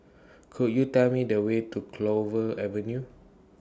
Could YOU Tell Me The Way to Clover Avenue